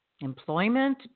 employment